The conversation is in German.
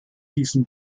diesem